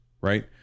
right